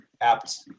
apt